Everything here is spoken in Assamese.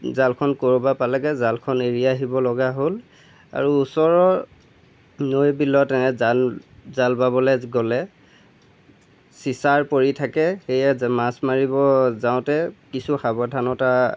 জালখন কৰবাৰ পালেগে জালখন এৰি আহিবলগা হ'ল আৰু ওচৰৰ লৈ বিলত এনে জাল বাবলে গ'লে চিচাৰ পৰি থাকে সেয়ে মাছ মাৰিব যাওঁতে কিন্তু সাৱধানতা